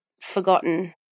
forgotten